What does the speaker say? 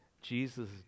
Jesus